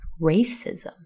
racism